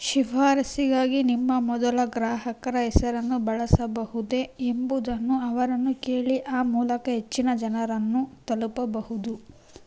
ಶಿಫಾರಸ್ಸಿಗಾಗಿ ನಿಮ್ಮ ಮೊದಲ ಗ್ರಾಹಕರ ಹೆಸರನ್ನು ಬಳಸಬಹುದೇ ಎಂಬುದನ್ನು ಅವರನ್ನು ಕೇಳಿ ಆ ಮೂಲಕ ಹೆಚ್ಚಿನ ಜನರನ್ನು ತಲುಪಬಹುದು